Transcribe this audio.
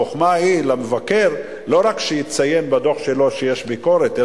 החוכמה למבקר היא לא רק שיציין בדוח שלו שיש ביקורת,